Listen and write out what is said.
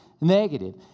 negative